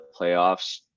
playoffs